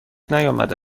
نیامده